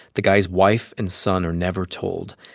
the guy's wife and son are never told.